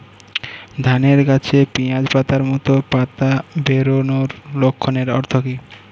ধানের গাছে পিয়াজ পাতার মতো পাতা বেরোনোর লক্ষণের অর্থ কী?